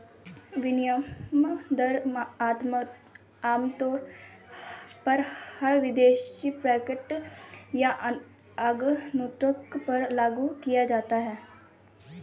विनिमय दर आमतौर पर हर विदेशी पर्यटक या आगन्तुक पर लागू किया जाता है